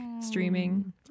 streaming